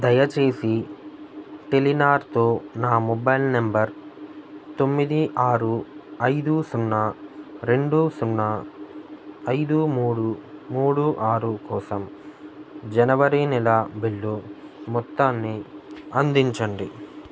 దయచేసి టెలినార్తో నా మొబైల్ నెంబర్ తొమ్మిది ఆరు ఐదు సున్నారెండు సున్నా ఐదు మూడు మూడు ఆరు కోసం జనవరి నెల బిల్లు మొత్తాన్ని అందించండి